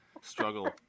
struggle